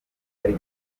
ari